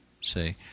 see